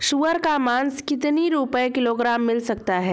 सुअर का मांस कितनी रुपय किलोग्राम मिल सकता है?